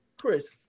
Chris